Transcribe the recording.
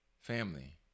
Family